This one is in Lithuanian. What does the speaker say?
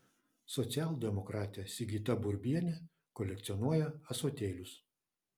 socialdemokratė sigita burbienė kolekcionuoja ąsotėlius